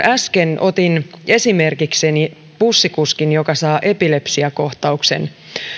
äsken otin esimerkikseni bussikuskin joka saa epilepsiakohtauksen